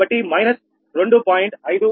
కాబట్టి 2